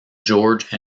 george